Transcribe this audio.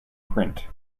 print